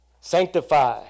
Sanctify